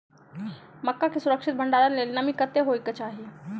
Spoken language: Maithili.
मक्का केँ सुरक्षित भण्डारण लेल नमी कतेक होइ कऽ चाहि?